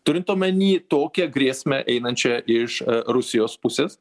turint omeny tokią grėsmę einančią iš rusijos pusės